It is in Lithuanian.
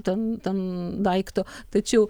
ten ten daikto tačiau